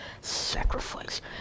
sacrifice